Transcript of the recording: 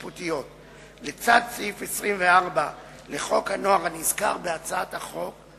לצד סעיף 24 לחוק הנוער הנזכר בהצעת החוק,